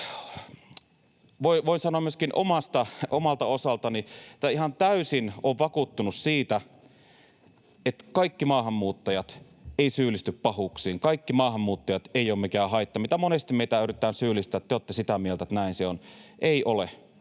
voin sanoa myöskin omalta osaltani, että ihan täysin olen vakuuttunut siitä, että kaikki maahanmuuttajat eivät syyllisty pahuuksiin ja kaikki maahanmuuttajat eivät ole mikään haitta, millä monesti meitä yritetään syyllistää, että te olette sitä mieltä, että näin se on — ei ole.